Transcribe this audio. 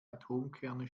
atomkerne